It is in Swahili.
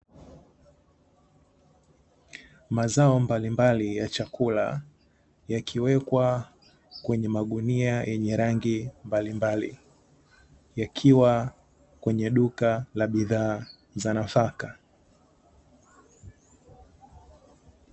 Mazao mbalimbali ya chakula yakiwekwa kwenye magunia yenye rangi mbalimbali, yakiwa kwenye duka la bidhaa za nafaka.